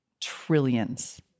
trillions